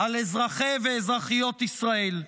על אזרחי ואזרחיות ישראל.